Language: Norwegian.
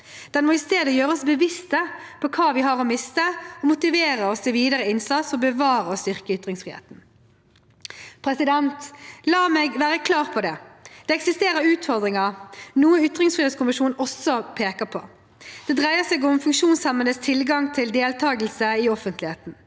Den må i stedet gjøre oss bevisste på hva vi har å miste, og motivere oss til videre innsats for å bevare og styrke ytringsfriheten. La meg være klar på det: Det eksisterer utfordringer, noe ytringsfrihetskommisjonen også peker på. Det dreier seg om funksjonshemmedes tilgang til deltakelse i offentligheten.